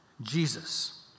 Jesus